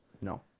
No